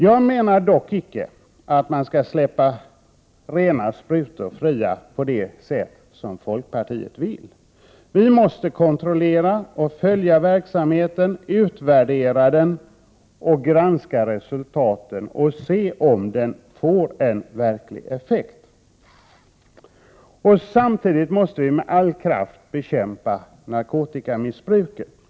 Jag menar dock icke att man skall släppa rena sprutor fria på det sätt som folkpartiet vill. Vi måste kontrollera och följa verksamheten, utvärdera den 31 och granska resultaten och se om den får en verklig effekt. Samtidigt måste vi med all kraft bekämpa narkotikamissbruket.